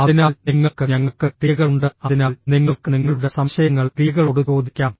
അതിനാൽ നിങ്ങൾക്ക് ഞങ്ങൾക്ക് ടിഎകളുണ്ട് അതിനാൽ നിങ്ങൾക്ക് നിങ്ങളുടെ സംശയങ്ങൾ ടിഎകളോട് ചോദിക്കാം